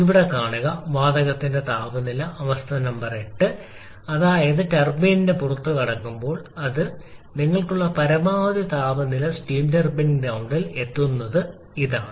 ഇവിടെ കാണുക വാതകത്തിന്റെ താപനില അവസ്ഥ നമ്പർ 8 അതായത് ടർബൈനിന്റെ പുറത്തുകടക്കുമ്പോൾ ഇതാണ് നിങ്ങൾക്കുള്ള പരമാവധി താപനില സ്റ്റീം ടർബൈൻ ഗ്രൌണ്ടിൽ എത്തുന്നത് ഇതാണ്